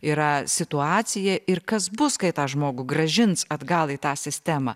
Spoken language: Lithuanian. yra situacija ir kas bus kai tą žmogų grąžins atgal į tą sistemą